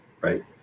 right